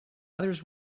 others